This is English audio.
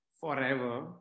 forever